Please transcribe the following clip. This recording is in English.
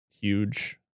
huge